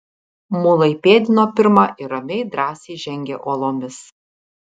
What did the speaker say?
mulai pėdino pirma ir ramiai drąsiai žengė uolomis